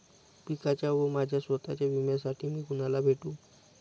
पिकाच्या व माझ्या स्वत:च्या विम्यासाठी मी कुणाला भेटू?